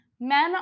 Men